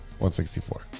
164